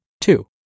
Two